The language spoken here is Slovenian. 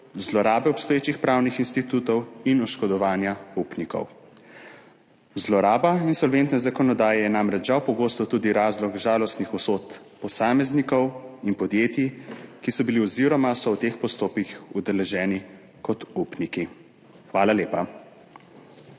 zlorabe obstoječih pravnih institutov in oškodovanja upnikov. Zloraba insolventne zakonodaje je namreč žal pogosto tudi razlog žalostnih usod posameznikov in podjetij, ki so bili oziroma so v teh postopkih udeleženi kot upniki. Hvala lepa.